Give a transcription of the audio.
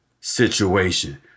situation